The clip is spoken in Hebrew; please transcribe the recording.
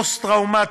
פוסט-טראומטיים,